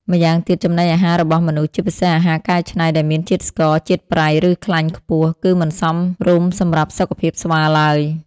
ម្យ៉ាងទៀត ចំណីអាហាររបស់មនុស្ស ជាពិសេសអាហារកែច្នៃដែលមានជាតិស្ករ ជាតិប្រៃ ឬខ្លាញ់ខ្ពស់ គឺមិនសមរម្យសម្រាប់សុខភាពស្វាឡើយ។